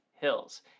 Hills